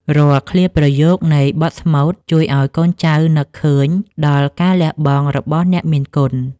រាល់ឃ្លាប្រយោគនៃបទស្មូត ជួយឱ្យកូនចៅនឹកឃើញដល់ការលះបង់របស់អ្នកមានគុណ។